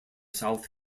south